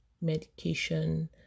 medication